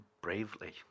bravely